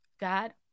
god